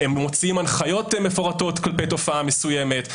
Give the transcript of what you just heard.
הם מוציאים הנחיות מפורטות כלפי תופעה מסוימת,